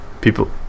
people